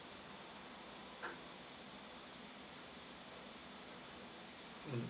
mm